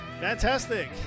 Fantastic